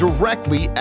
Directly